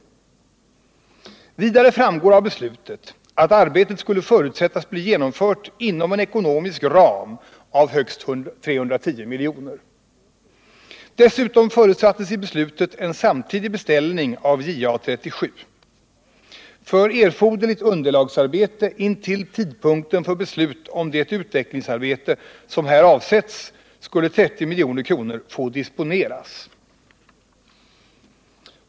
Vidare framgår av beslutet att arbetet skulle förutsättas bli genomfört inom en ekonomisk ram av högst 310 milj.kr. Dessutom förutsattes i beslutet en samtidig beställning av JA 37. För erforderligt underlagsarbete, intill tidpunkten för beslut om det utvecklingsarbete som här avsetts, skulle 30 milj.kr. få disponeras.